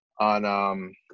on